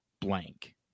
blank